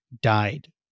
died